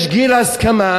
יש גיל הסכמה,